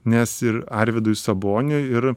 nes ir arvydui saboniui ir